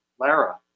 Lara